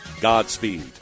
Godspeed